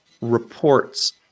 reports